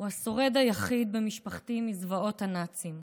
הוא השורד היחיד במשפחתי מזוועות הנאצים.